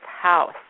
house